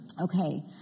Okay